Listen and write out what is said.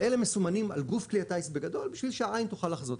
אלה מסומנים על גוף כלי הטייס בגדול בשביל שהעין תוכל לחזות.